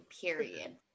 period